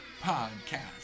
Podcast